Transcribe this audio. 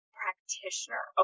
practitioner